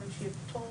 זה לא עניין של הגנה,